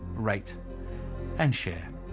rate and share.